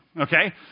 okay